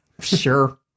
Sure